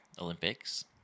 Olympics